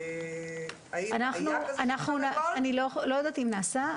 אני לא יודעת אם נעשה,